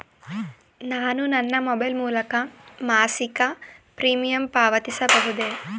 ನಾನು ನನ್ನ ಮೊಬೈಲ್ ಮೂಲಕ ಮಾಸಿಕ ಪ್ರೀಮಿಯಂ ಪಾವತಿಸಬಹುದೇ?